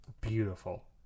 Beautiful